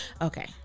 Okay